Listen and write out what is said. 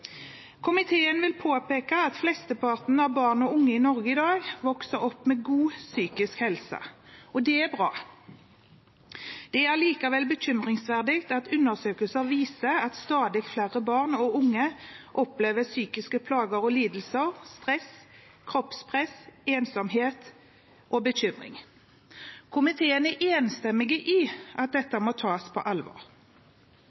Komiteen vil påpeke at flesteparten av barn og unge i Norge i dag vokser opp med god psykisk helse. Det er bra. Det er allikevel bekymringsfullt at undersøkelser viser at stadig flere barn og unge opplever psykiske plager og lidelser, stress, kroppspress, ensomhet og bekymring. Komiteen er enstemmig i at dette